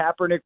Kaepernick